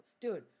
dude